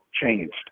changed